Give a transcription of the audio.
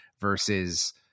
versus